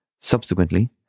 Subsequently